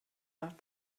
nacht